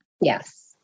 Yes